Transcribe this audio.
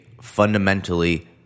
fundamentally